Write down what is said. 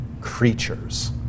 creatures